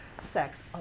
sex